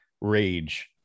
rage